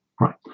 right